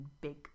big